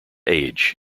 age